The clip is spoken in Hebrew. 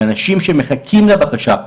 באנשים שמחכים לבקשה.